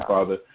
Father